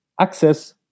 access